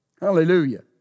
Hallelujah